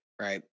right